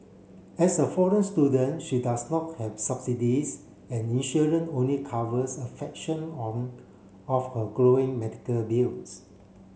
as a foreign student she does not have subsidies and insurance only covers a fraction on of her growing medical bills